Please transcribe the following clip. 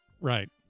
Right